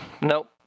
Nope